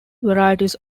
varieties